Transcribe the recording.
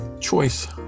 choice